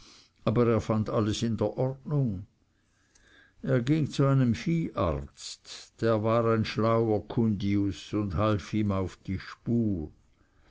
aber er fand alles in der ordnung er ging zu einem vieharzt der war ein schlauer kundius und half ihm auf die spur